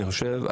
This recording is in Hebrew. אני חושב,